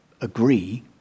agree